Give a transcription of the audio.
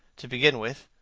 to begin with.